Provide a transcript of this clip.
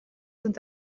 sind